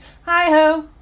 hi-ho